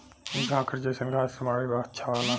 झंखार जईसन घास से मड़ई छावला